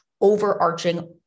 overarching